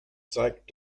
zeigt